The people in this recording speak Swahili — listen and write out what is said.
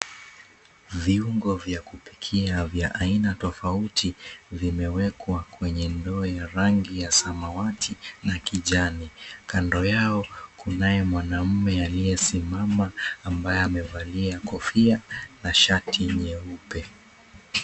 Viungo vya kupikia vya aina tofauti vimewekwa kwenye ndoo ya rangi ya samawati na kijani, kando yao kunae mwanaume aliyesimama ambaye amevalia kofia na shati nyeupe.